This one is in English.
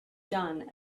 done